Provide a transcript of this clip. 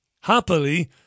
happily